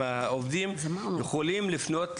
והעובדים יכולים לפנות.